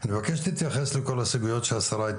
אני מבקש שתתייחס לכל הסוגיות שהשרה והמנכ"לית